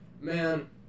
man